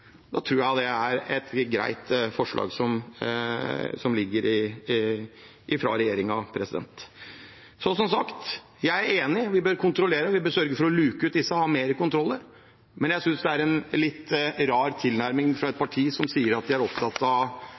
tror jeg det er et greit forslag som ligger her fra regjeringen. Jeg er som sagt enig. Vi bør kontrollere, vi bør sørge for å luke ut disse og ha flere kontroller, men jeg synes det er en litt rar tilnærming fra et parti som sier at de er opptatt av